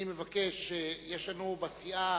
אני מבקש, יש לנו בסיעה